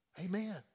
Amen